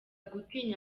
gutinya